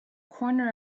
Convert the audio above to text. corner